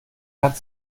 hat